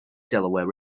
delaware